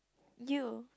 you